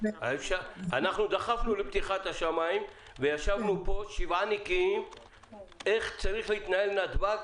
אנחנו דחפנו לפתיחת השמיים וישבנו פה שבעה נקיים איך צריך להתנהל נתב"ג